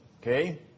okay